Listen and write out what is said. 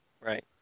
Right